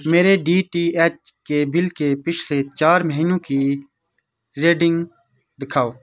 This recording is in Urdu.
میرے ڈی ٹی ایچ کے بل کے پچھلے چار مہینوں کی ریڈنگ دکھاؤ